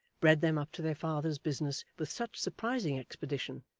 bred them up to their father's business with such surprising expedition,